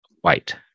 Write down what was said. white